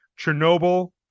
Chernobyl